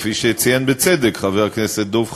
כפי שציין בצדק חבר הכנסת דב חנין,